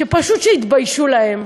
שפשוט יתביישו להם.